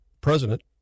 president